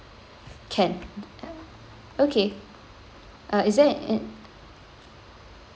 can okay uh is there